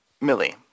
Millie